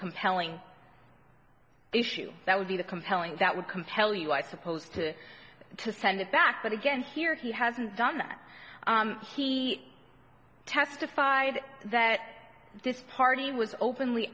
compelling issue that would be the compelling that would compel you i suppose to to send it back but again here he hasn't done he testified that this party was openly